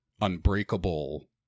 unbreakable